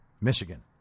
Michigan